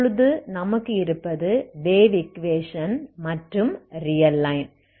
இப்பொழுது நமக்கு இருப்பது வேவ் ஈக்வேஷன் மற்றும் ரியல் லைன்